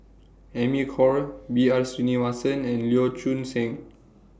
Amy Khor B R Sreenivasan and Lee Choon Seng